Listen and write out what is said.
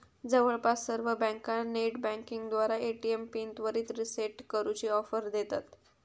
जवळपास सर्व बँका नेटबँकिंगद्वारा ए.टी.एम पिन त्वरित रीसेट करूची ऑफर देतत